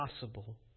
possible